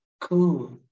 cool